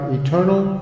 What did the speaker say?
eternal